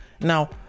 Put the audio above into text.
Now